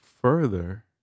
further